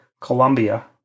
Colombia